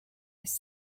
his